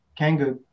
Kangoo